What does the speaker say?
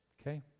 Okay